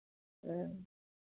ह्म्म